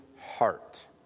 heart